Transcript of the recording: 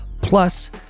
Plus